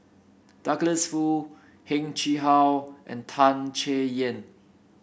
Douglas Foo Heng Chee How and Tan Chay Yan